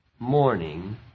morning